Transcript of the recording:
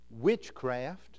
witchcraft